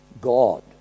God